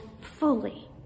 fully